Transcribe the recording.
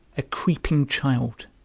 a creeping child,